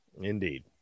Indeed